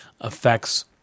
affects